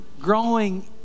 growing